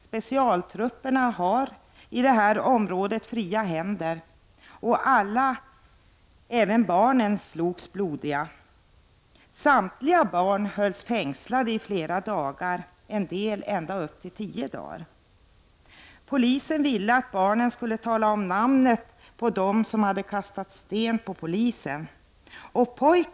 Specialtrupperna har i detta område fria händer, och alla, även barnen, slogs blodiga. Samtliga barn hölls fängslade i flera dagar. en del ända upp till tio dagar. Polisen ville att barnen skulle tala om namnen på dem som kastat sten på polisen.